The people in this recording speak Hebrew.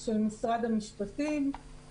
של משרד המשפטים,